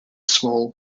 small